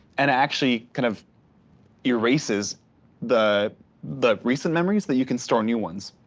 and actually kind of erases the the recent memories that you can store new ones.